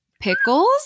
Pickles